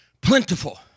Plentiful